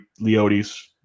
Leotis